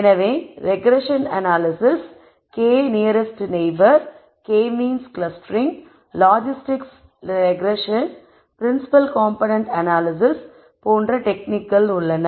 எனவே regression analysis k nearest neighbour k means clustering logistics regression principal component analysis போன்ற டெக்னிக்கள் உள்ளன